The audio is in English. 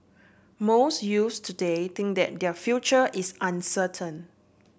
most youths today think that their future is uncertain